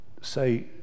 say